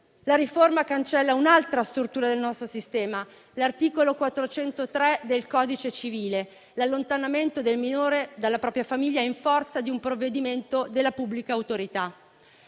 La riforma cancella un'altra struttura del nostro sistema, l'articolo 403 del codice civile, recante l'allontanamento del minore dalla propria famiglia in forza di un provvedimento della pubblica autorità,